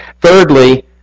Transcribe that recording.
Thirdly